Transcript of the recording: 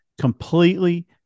Completely